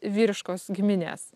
vyriškos giminės